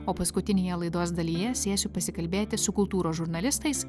o paskutinėje laidos dalyje sėsiu pasikalbėti su kultūros žurnalistais